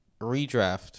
redraft